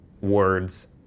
words